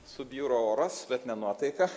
subjuro oras bet ne nuotaika